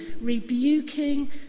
rebuking